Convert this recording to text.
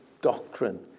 doctrine